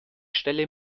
stelle